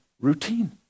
routine